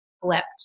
flipped